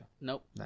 Nope